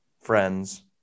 friends